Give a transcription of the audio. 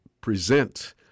present